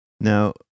Now